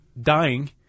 dying